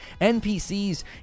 NPCs